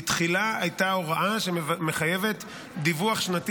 בתחילה הייתה הוראה שמחייבת דיווח שנתי